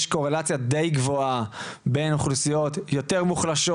יש קורלציה די גבוהה בין אוכלוסיות יותר מוחלשות,